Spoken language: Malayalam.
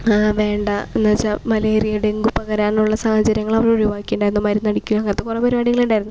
വേണ്ട എന്ന് വച്ചാൽ മലേറിയ ഡെങ്കു പകരാനുള്ള സാഹചര്യങ്ങൾ അവർ ഒഴിവാക്കിയിട്ടുണ്ടായിരുന്നു മരുന്നടിക്കുക അങ്ങനത്തെ കുറേ പരിപാടികളുണ്ടായിരുന്നു